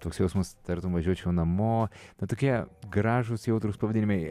toks jausmas tartum važiuočiau namo na tokie gražūs jautrūs pavadinimai